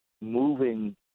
moving